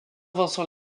vincent